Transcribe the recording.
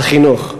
החינוך.